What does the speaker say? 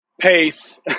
pace